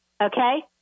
okay